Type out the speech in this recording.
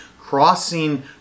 crossing